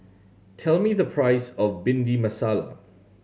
tell me the price of Bhindi Masala